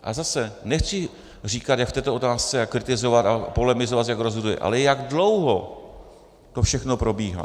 A zase, nechci říkat, jak v této otázce kritizovat a polemizovat, jak rozhoduje, ale jak dlouho to všechno probíhá.